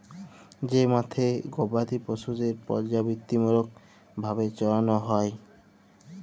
যে মাঠে গবাদি পশুদের পর্যাবৃত্তিমূলক ভাবে চরাল হ্যয়